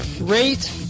rate